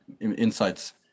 insights